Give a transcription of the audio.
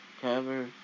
cover